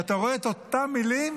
ואתה רואה את אותן מילים,